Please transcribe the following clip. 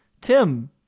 Tim